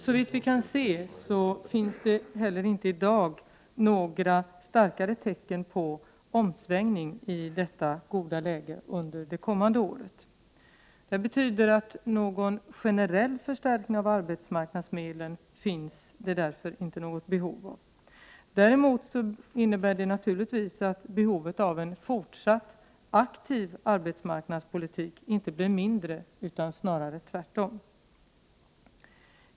Såvitt vi kan se finns det inte heller i dag några starkare tecken på en omsvängning av detta goda läge under det kommande året. Det betyder att det därför inte finns något behov av en generell förstärkning av arbetsmarknadsmedlen. Däremot innebär det att behovet av en fortsatt aktiv arbetsmarknadspolitik inte blir mindre utan snarare tvärtom.